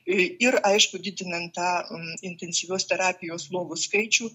ir aišku didinant tą intensyvios terapijos lovų skaičių